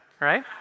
Right